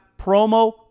promo